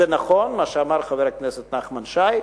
זה נכון מה שאמר חבר הכנסת נחמן שי,